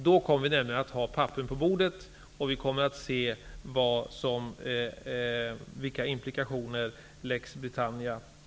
Då kommer vi att ha papperen på bordet, och vi kommer att se vilka implikationer Lex Britannia kan ha.